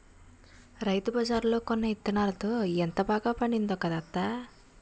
రైతుబజార్లో కొన్న యిత్తనాలతో ఎంత బాగా పండిందో కదా అత్తా?